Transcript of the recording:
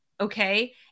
okay